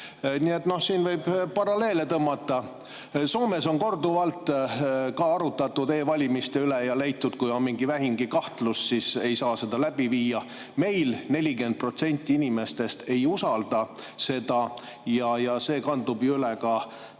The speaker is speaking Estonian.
siin võib paralleele tõmmata. Soomes on korduvalt arutatud e-valimiste üle ja leitud, et kui on mingi vähimgi kahtlus, siis ei saa seda läbi viia. Meil 40% inimestest ei usalda seda ja see kandub üle ka